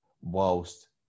whilst